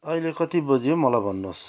अहिले कति बज्यो मलाई भन्नुहोस्